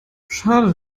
schade